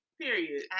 period